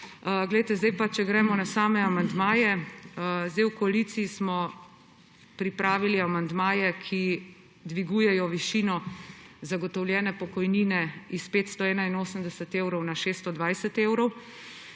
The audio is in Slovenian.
za opozorilo. Če gremo na same amandmaje. V koaliciji smo pripravili amandmaje, ki dvigujejo višino zagotovljene pokojnine s 581 evrov na 620 evrov.